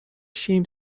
شیم